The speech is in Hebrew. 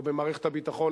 או במערכת הביטחון,